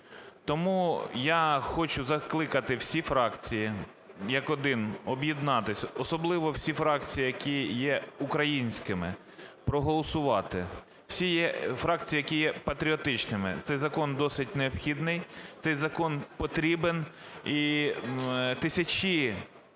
Тому я хочу закликати всі фракції як один об'єднатися, особливо всі фракції, які є українськими, проголосувати, всі фракції, які є патріотичними. Цей закон досить необхідний, цей закон потрібен.